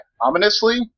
Ominously